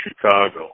Chicago